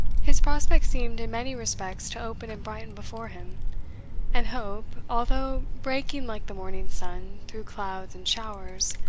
his prospects seemed in many respects to open and brighten before him and hope, although breaking like the morning sun through clouds and showers,